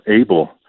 able